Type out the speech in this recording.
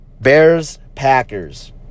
Bears-Packers